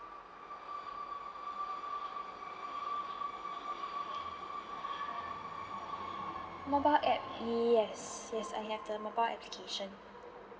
mobile app yes yes I have the mobile application